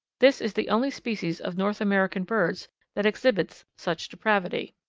this is the only species of north american birds that exhibits such depravity.